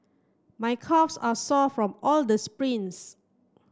my calves are sore from all the sprints